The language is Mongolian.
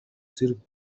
зэрэг